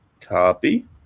Copy